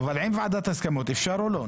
אבל עם ועדת ההסכמות אפשר או לא.